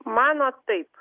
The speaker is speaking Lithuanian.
mano taip